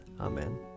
Amen